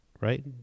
right